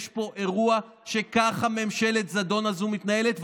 יש פה אירוע שככה ממשלת הזדון הזו מתנהלת,